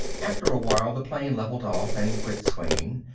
after a while the plane levelled off and quit swinging,